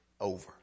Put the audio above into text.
over